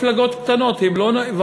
שהן לא מפלגות קטנות,